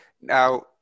now